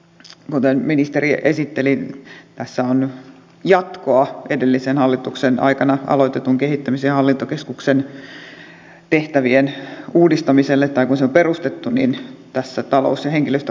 kuten ministeri esitteli tässä on jatkoa edellisen hallituksen aikana aloitetulle kehittämis ja hallintokeskuksen tehtävien uudistamiselle tai kun se on perustettu niin tässä talous ja henkilöstö